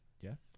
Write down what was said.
Yes